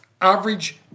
average